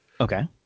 Okay